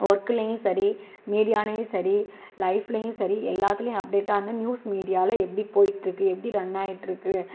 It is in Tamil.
ஒர்க்லயும் சரி மீடியாவிலயும் சரி லைஃப்லயும் சரி எல்லாத்திலயும் அப்டேட்டாக இருந்து நியூஸ் மீடியாவில எப்படி போய்ட்டு இருக்குது எப்படி ரன் ஆகிட்டு இருக்குது